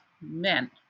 men